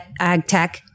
AgTech